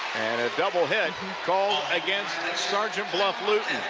and a double hit called against sergeant bluff-luton.